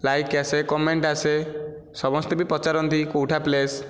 like ଆସେ comment ଆସେ ସମସ୍ତେ ବି ପଚାରନ୍ତି କେଉଁଟା ପ୍ଲେସ୍